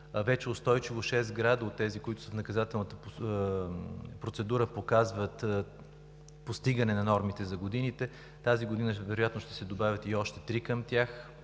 Вече устойчиво шест града от тези, които са в наказателната процедура, показват постигане на нормите за годините. Тази година вероятно ще се добавят и още три към тях